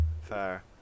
fair